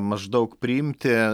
maždaug priimti